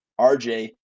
RJ